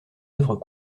œuvres